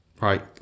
Right